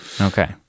Okay